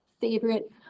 favorite